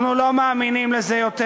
אנחנו לא מאמינים לזה יותר.